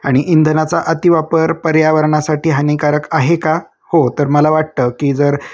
आणि इंधनाचा अतिवापर पर्यावरणासाठी हानीकारक आहे का हो तर मला वाटतं की जर